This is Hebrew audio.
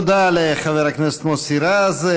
תודה לחבר הכנסת מוסי רז.